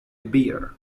bear